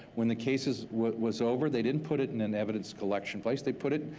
when the cases was over, they didn't put it in an evidence collection device, they put it.